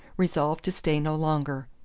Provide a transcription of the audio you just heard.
resolved to stay no longer.